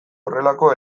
horrelako